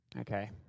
Okay